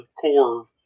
core